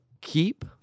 keep